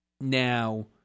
Now